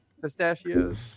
pistachios